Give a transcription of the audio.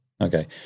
Okay